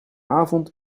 avond